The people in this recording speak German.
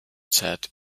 zeit